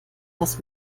was